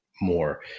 more